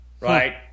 right